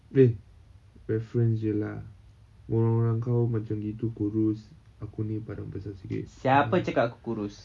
eh reference jer lah orang-orang kau macam gitu kurus aku besar sikit kan